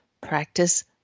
practice